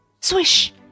Swish